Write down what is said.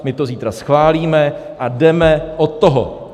My to zítra schválíme a jdeme od toho.